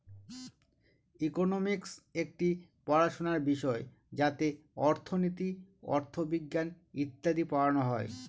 economics একটি পড়াশোনার বিষয় যাতে অর্থনীতি, অথবিজ্ঞান ইত্যাদি পড়ানো হয়